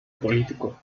político